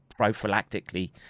prophylactically